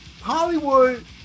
Hollywood